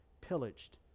pillaged